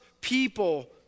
people